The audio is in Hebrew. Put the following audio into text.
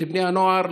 את בני הנוער,